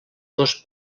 dos